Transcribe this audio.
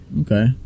Okay